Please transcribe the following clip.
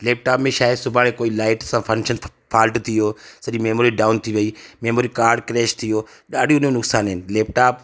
laptop में छा आहे सुभाणे कोइ लाईट सां फंशन फॉल्ट थी वियो सॼी मेमोरी डाउन थी वई मेमोरी काड क्रैश थी वियो ॾाढी हुनमें नुकसानु आहिनि लैपटॉप